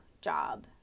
job